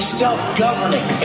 self-governing